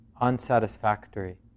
unsatisfactory